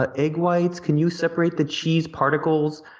ah egg whites? can you separate the cheese particles?